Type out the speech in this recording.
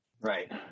Right